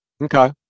Okay